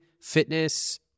fitness